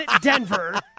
Denver